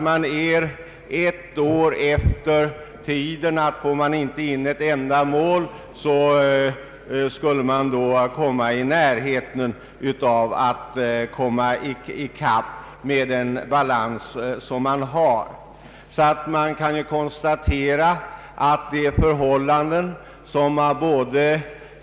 Man ligger alltså ett år efter, och för att komma i kapp fordras att det inte kommer in ett enda mål under året.